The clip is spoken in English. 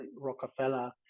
Rockefeller